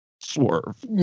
Swerve